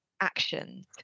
actions